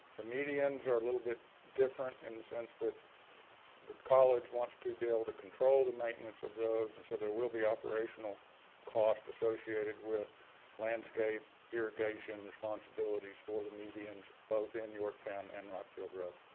the medians are a little bit different in the sense that the college wants to be able to control the maintenance of those. and so, there will be operational costs associated with landscape, irrigation, responsibilities for the medians, both in yorktown and rotfield road.